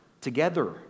together